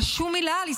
אבל שום מילה על עסקה.